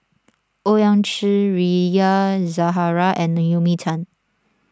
Owyang Chi Rita Zahara and Naomi Tan